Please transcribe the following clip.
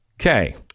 Okay